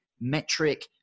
metric